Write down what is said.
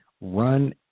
Run